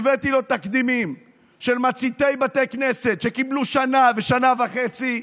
הבאתי לו תקדימים של מציתי בתי כנסת שקיבלו שנה ושנה וחצי,